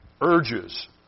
urges